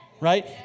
right